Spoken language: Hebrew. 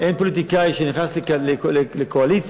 אין פוליטיקאי שנכנס לקואליציה,